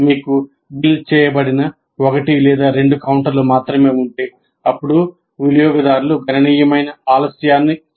మీకు బిల్ చేయబడిన ఒకటి లేదా రెండు కౌంటర్లు మాత్రమే ఉంటే అప్పుడు వినియోగదారులు గణనీయమైన ఆలస్యాన్ని చూస్తారు